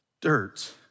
dirt